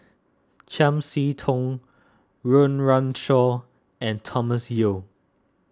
Chiam See Tong Run Run Shaw and Thomas Yeo